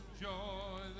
joy